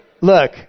Look